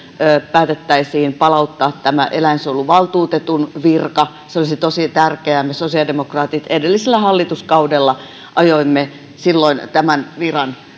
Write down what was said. päätettäisiin palauttaa eläinsuojeluvaltuutetun virka se olisi tosi tärkeää me sosiaalidemokraatit edellisellä hallituskaudella ajoimme silloin tämän viran